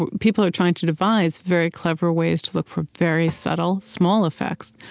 but people are trying to devise very clever ways to look for very subtle, small effects,